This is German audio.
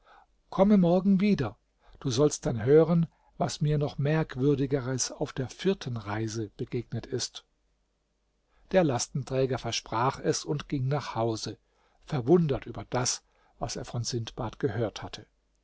komme morgen wieder du sollst dann hören was mir noch merkwürdigeres auf der vierten reise begegnet ist der lastenträger versprach es und ging nach hause verwundert über das was er von sindbad gehört hatte